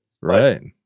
Right